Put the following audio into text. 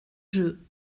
jeu